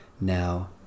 now